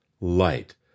light